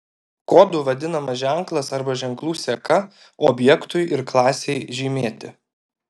kodu vadinamas ženklas arba ženklų seka objektui ir klasei žymėti